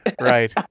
right